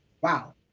Wow